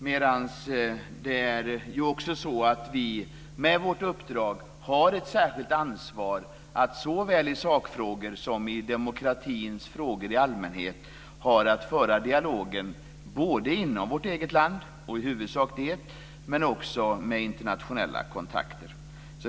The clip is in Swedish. Men vi har ju också i och med vårt uppdrag ett särskilt ansvar för att såväl i sakfrågor som i demokratins frågor i allmänhet föra dialogen både - och i huvudsak - inom vårt eget land, men också med internationella kontakter.